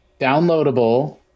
downloadable